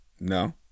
No